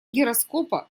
гироскопа